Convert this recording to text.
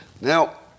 Now